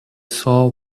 saw